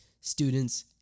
students